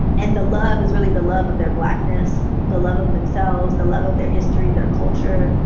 and the love is really the love of their blackness, the love of themselves, the love of their history, their culture,